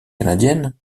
canadienne